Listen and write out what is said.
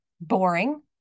boring